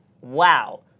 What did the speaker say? wow